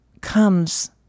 comes